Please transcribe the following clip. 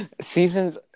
Seasons